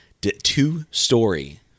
two-story